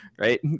right